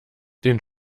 den